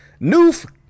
Noof